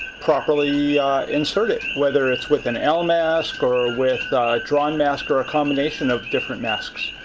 properly insert it, whether it's with an l-mask or ah with drawn mask or a combination of different masks.